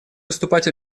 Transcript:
выступать